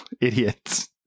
idiots